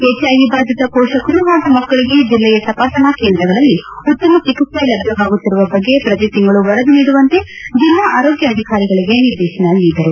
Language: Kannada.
ಹೆಚ್ಐವಿ ಭಾದಿತ ಶೋಷಕರು ಹಾಗೂ ಮಕ್ಕಳಿಗೆ ಜಿಲ್ಲೆಯ ತಪಾಸಣಾ ಕೇಂದ್ರಗಳಲ್ಲಿ ಉತ್ತಮ ಚಿಕಿತ್ಸೆ ಲಬ್ಜವಾಗುತ್ತಿರುವ ಬಗ್ಗೆ ಪ್ರತಿ ತಿಂಗಳು ವರದಿ ನೀಡುವಂತೆ ಜಿಲ್ಲಾ ಆರೋಗ್ಯ ಅಧಿಕಾರಿಗಳಿಗೆ ನಿರ್ದೇಶನ ನೀಡಿದರು